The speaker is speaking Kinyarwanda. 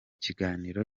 kiganiro